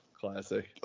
Classic